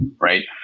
right